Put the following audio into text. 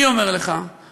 אני אומר לך, תודה.